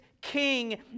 king